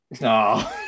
No